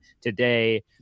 today